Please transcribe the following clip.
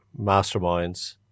masterminds